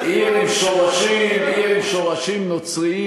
עם שורשים נוצריים